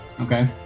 Okay